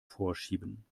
vorschieben